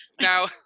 Now